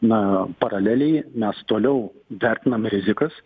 na paraleliai mes toliau vertinam rizikas